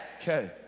Okay